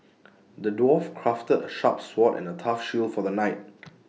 the dwarf crafted A sharp sword and A tough shield for the knight